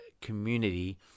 community